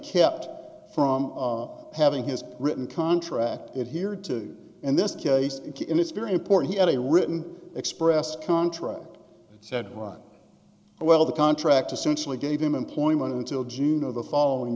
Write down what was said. kept from having his written contract it here too in this case and it's very important he had a written express contract that said well the contract essentially gave him employment until june of the following